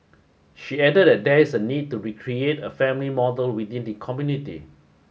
she added that there is a need to be create a family model within the community